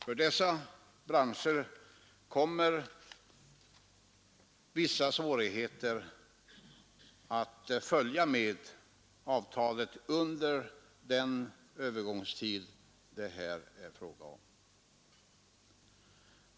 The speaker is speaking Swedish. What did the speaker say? För dessa branscher kommer vissa svårigheter att följa med avtalet under den övergångstid det här är fråga om.